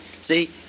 See